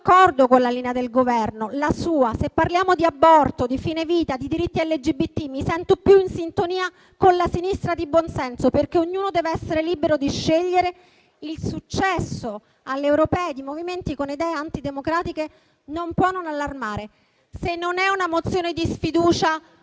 con la linea del Governo, la sua. Dice che in tema di aborto, di fine vita e di diritti LGBT si sente più in sintonia con la sinistra di buonsenso, perché ognuno dev'essere libero di scegliere. Dice che il successo alle europee di movimenti con idee antidemocratiche non può non allarmare. Se non è una mozione di sfiducia,